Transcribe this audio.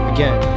Again